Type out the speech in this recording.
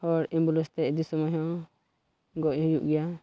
ᱦᱚᱲ ᱮᱢᱵᱩᱞᱮᱱᱥ ᱛᱮ ᱤᱫᱤ ᱥᱚᱢᱚᱭ ᱦᱚᱸ ᱜᱚᱡ ᱦᱩᱭᱩᱜ ᱜᱮᱭᱟ